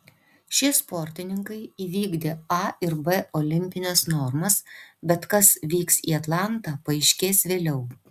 šie sportininkai įvykdė a ir b olimpines normas bet kas vyks į atlantą paaiškės vėliau